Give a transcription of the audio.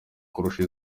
kurusha